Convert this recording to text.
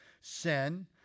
sin